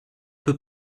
peu